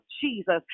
jesus